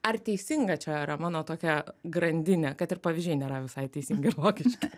ar teisinga čia yra mano tokia grandinė kad ir pavyzdžiai nėra visai teisingi ir logiški